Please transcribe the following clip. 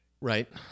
Right